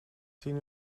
tien